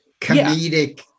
comedic